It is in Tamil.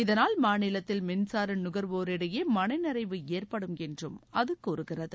இதனால் மாநிலத்தில் மின்சார நுகர்வோரிடைய மனநிறைவு ஏற்படும் என்றும் அது கூறுகிறது